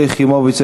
שלי יחימוביץ,